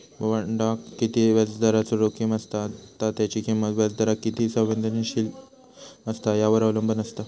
बॉण्डाक किती व्याजदराचो जोखीम असता त्या त्याची किंमत व्याजदराक किती संवेदनशील असता यावर अवलंबून असा